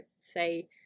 say